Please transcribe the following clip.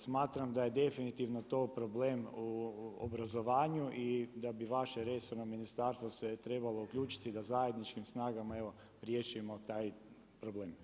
Smatram da je definitivno to problem u obrazovanju i da bi vaše resorno ministarstvo se trebalo uključiti da zajedničkim snagama evo riješimo taj problem.